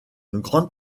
grande